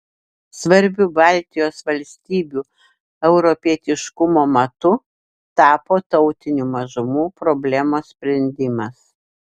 svarbiu baltijos valstybių europietiškumo matu tapo tautinių mažumų problemos sprendimas